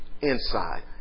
inside